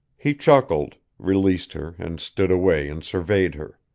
he chuckled, released her, and stood away and surveyed her.